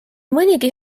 mõnigi